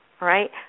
right